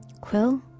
Quill